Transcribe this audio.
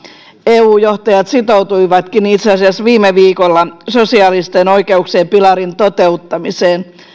eu johtajat sitoutuivatkin itse asiassa viime viikolla sosiaalisten oikeuksien pilarin toteuttamiseen